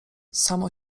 samo